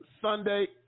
Sunday